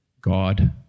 god